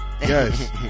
yes